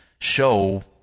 show